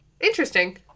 Interesting